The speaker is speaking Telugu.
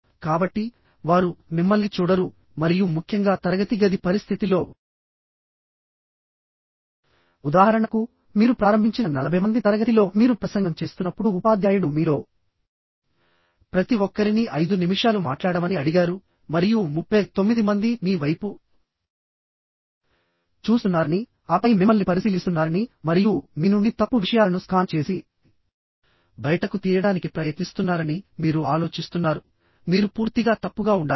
కాబట్టి వారు మిమ్మల్ని చూడరు మరియు ముఖ్యంగా తరగతి గది పరిస్థితిలో ఉదాహరణకు మీరు ప్రారంభించిన 40 మంది తరగతిలో మీరు ప్రసంగం చేస్తున్నప్పుడు ఉపాధ్యాయుడు మీలో ప్రతి ఒక్కరినీ 5 నిమిషాలు మాట్లాడమని అడిగారు మరియు 39 మంది మీ వైపు చూస్తున్నారని ఆపై మిమ్మల్ని పరిశీలిస్తున్నారని మరియు మీ నుండి తప్పు విషయాలను స్కాన్ చేసి బయటకు తీయడానికి ప్రయత్నిస్తున్నారని మీరు ఆలోచిస్తున్నారు మీరు పూర్తిగా తప్పుగా ఉండాలి